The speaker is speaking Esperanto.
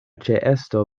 ĉeesto